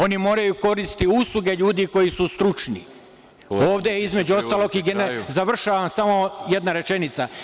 Oni moraju koristiti usluge ljudi koji su stručni. (Predsedavajući: Privodite kraju.) Završavam, samo jedna rečenica.